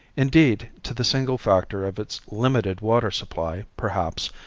indeed, to the single factor of its limited water supply, perhaps,